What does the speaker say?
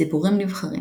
סיפורים נבחרים